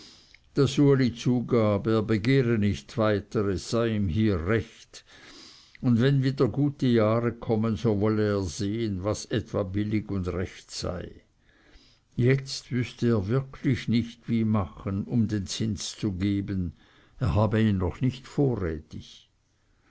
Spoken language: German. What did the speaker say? zugab er begehre nicht weiter es sei ihm hier recht und wenn wieder gute jahre kommen so wolle er sehen was etwa billig und recht sei jetzt wüßte er wirklich nicht wie machen um den zins zu geben er habe ihn noch nicht vorrätig